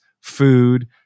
food